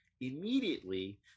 immediately